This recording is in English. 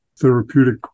therapeutic